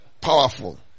Powerful